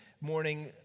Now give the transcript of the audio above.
morning